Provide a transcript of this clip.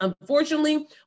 unfortunately